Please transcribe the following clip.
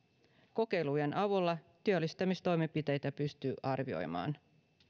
kokeilujen avulla työllistämistoimenpiteitä pystyy arvioimaan